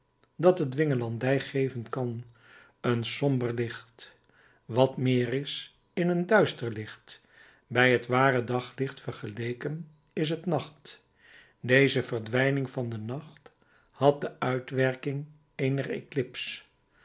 dat de dwingelandij geven kan een somber licht wat meer is een duister licht bij het ware daglicht vergeleken is het nacht deze verdwijning van den nacht had de uitwerking eener eclips